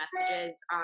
messages